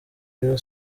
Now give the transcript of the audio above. rayon